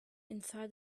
inside